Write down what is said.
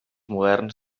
moderns